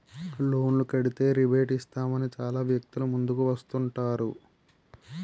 లోన్లు కడితే రేబేట్ ఇస్తామని చాలా వ్యక్తులు ముందుకు వస్తుంటారు